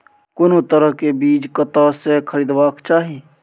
कोनो तरह के बीज कतय स खरीदबाक चाही?